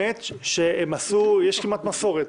יש כמעט מסורת,